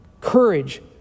courage